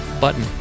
button